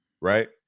right